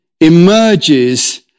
emerges